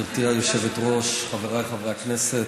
גברתי היושבת-ראש, חבריי חברי הכנסת,